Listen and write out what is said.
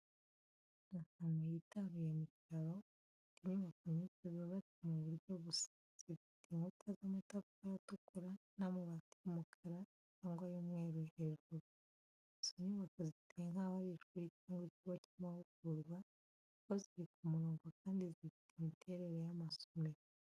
Ahantu hitaruye mu cyaro, hafite inyubako nyinshi zubatse mu buryo busa, zifite inkuta z’amatafari atukura n’amabati y’umukara cyangwa y’umweru hejuru. Izo nyubako ziteye nkaho ari ishuri cyangwa ikigo cy’amahugurwa, kuko ziri ku murongo, kandi zifite imiterere y’amasomero.